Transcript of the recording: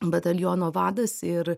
bataliono vadas ir